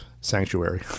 sanctuary